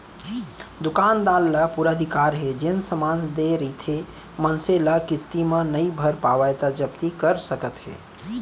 दुकानदार ल पुरा अधिकार हे जेन समान देय रहिथे मनसे ल किस्ती म नइ भर पावय त जब्ती कर सकत हे